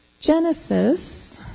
Genesis